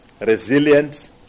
resilience